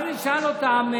ואז נשאל אותם,